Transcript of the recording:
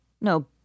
No